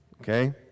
okay